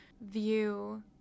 view